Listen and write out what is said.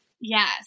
Yes